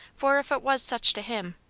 for if it was such to him,